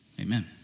Amen